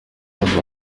kibazo